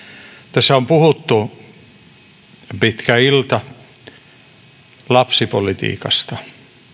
tässä on puhuttu pitkä ilta lapsipolitiikasta